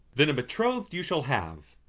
then a betrothed you shall have.